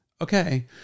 okay